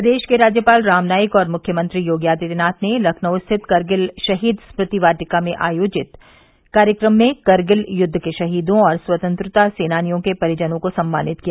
प्रदेश के राज्यपाल राम नाईक और मुख्यमंत्री योगी आदित्यनाथ ने लखनऊ स्थित कारगिल शहीद स्मृति वाटिका में आयोजित कार्यक्रम में कारगिल युद्व के शहीदों और स्वतंत्रता सेनानियों के परिजनों को सम्मानित किया